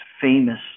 famous